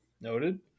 Noted